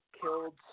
killed